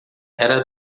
era